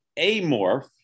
Amorph